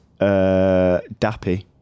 Dappy